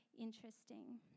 interesting